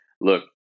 Look